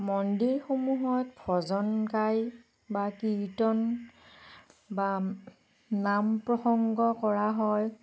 মন্দিৰসমূহত ভজন গাই বা কীৰ্তন বা নাম প্ৰসংগ কৰা হয়